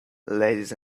ladies